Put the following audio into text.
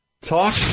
Talk